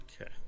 Okay